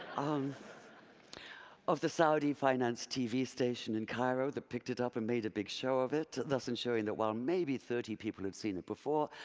of of the saudi-financed tv station in cairo that picked it up and made a big show of it, thus ensuring that while maybe thirty people had seen it before,